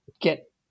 get